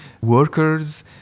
workers